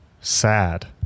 sad